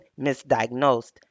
misdiagnosed